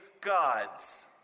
gods